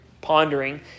pondering